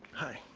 hi.